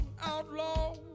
outlaw